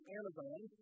Amazon